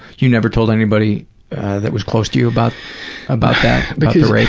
you never told anybody that was close to you about about the rape?